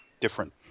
different